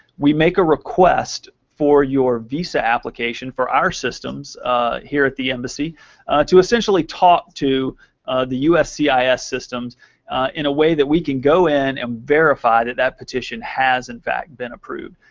we make a request for your visa application for our systems here at the embassy to essentially talk to the uscis yeah ah systems in a way that we can go in and verify that that petition has in fact been approved.